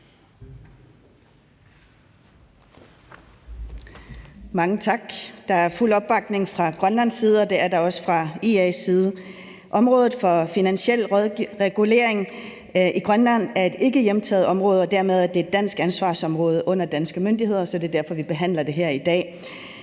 Mange tak. Der er fuld opbakning fra Grønlands side, og det er der også fra IA's side. Området for finansiel regulering i Grønland er et ikke hjemtaget område, og dermed er det et dansk ansvarsområde under danske myndigheder, så det er derfor, vi behandler det her i dag.